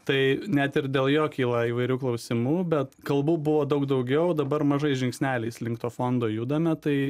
tai net ir dėl jo kyla įvairių klausimų bet kalbų buvo daug daugiau dabar mažais žingsneliais link to fondo judame tai